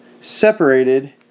separated